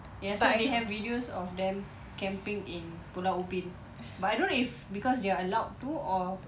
ya so they have videos of them camping in pulau ubin but I don't know if because they're allowed to or